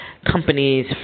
companies